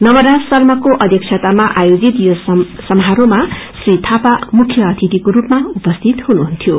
नवराज शर्माको अध्यक्षतामा आयोजित यस समारोहमा श्री थापा मुख्य अतिथिको रूपमा उपस्थित हुनुहुन्थ्यो